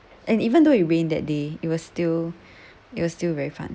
and even though it rained that day it was still it was still very fun